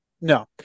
No